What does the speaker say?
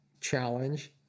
challenge